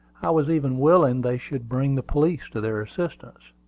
i was even willing they should bring the police to their assistance.